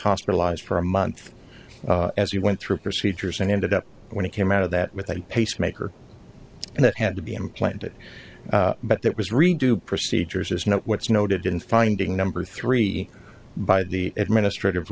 hospitalized for a month as he went through procedures and ended up when he came out of that with a pacemaker and it had to be implanted but that was redo procedures is what's noted in finding a number three by the administrative